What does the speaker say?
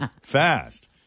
Fast